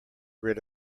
rid